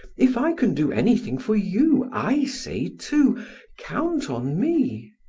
if i can do anything for you, i say too count on me